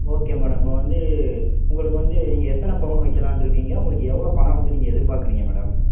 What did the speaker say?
okay madam இப்போ வந்து உங்களுக்கு வந்து நீங்கள் எத்தனை பவுன் வைக்கலாம்னு இருக்கீங்க உங்களுக்கு எவ்வளவு பணம் வந்து நீங்கள் எதிர்பார்க்கிறீங்க மேடம்